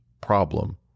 problem